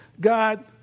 God